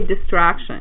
distraction